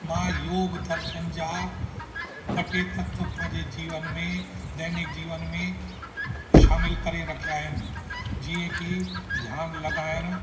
मां योगु दर्शन जा ॿ टे तत्व पंहिंजे जीवन में दैनिक जीवन में शामिलु करे रखिया आहिनि जीअं की ध्यानु लॻाइणु